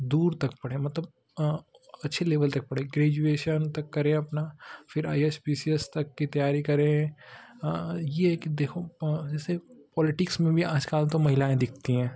दूर तक पढ़ें मतलब अच्छे लेवल तक पढ़े ग्रेजुएशन तक करें अपना फिर I S P C S तक कि तैयारी करें यह एक देखो जैसे पोलेटिक्स में भी आजकल तो महिलाएँ दिखती हैं